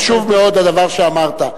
חשוב מאוד הדבר שאמרת.